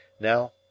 Now